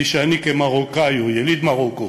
כפי שאני, כמרוקאי או יליד מרוקו,